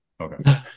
Okay